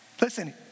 listen